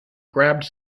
grabbed